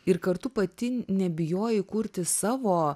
ir kartu pati nebijojai kurti savo